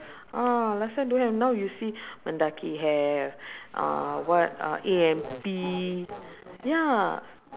ah last time don't have now you see mendaki have uh what uh A_M_P ya